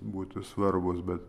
būti svarbūs bet